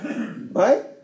Right